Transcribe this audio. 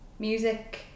Music